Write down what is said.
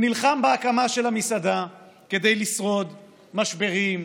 בהקמה של המסעדה הוא נלחם כדי לשרוד משברים,